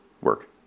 work